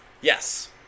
Yes